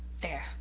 there!